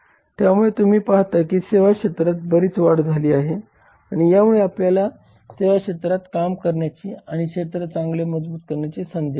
त्यामुळे तुम्ही पाहता की सेवा क्षेत्रात बरीच वाढ झाली आहे आणि यामुळे आपल्याला सेवा क्षेत्रात काम करण्याची आणि क्षेत्र चांगले समजून घेण्याची संधी मिळते